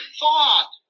thought